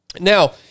Now